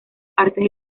partes